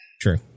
True